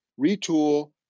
retool